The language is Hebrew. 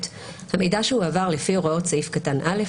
(ב)המידע שהועבר לפי הוראות סעיף קטן (א),